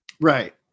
Right